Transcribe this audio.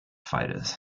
fighters